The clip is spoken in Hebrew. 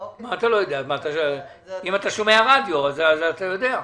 אם אתה שומע רדיו אז אתה יודע.